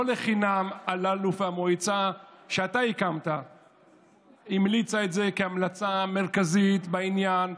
לא לחינם אלאלוף והמועצה שאתה הקמת המליצה את זה כהמלצה מרכזית בעניין,